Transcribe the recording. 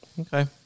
Okay